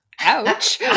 ouch